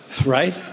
right